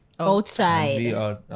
Outside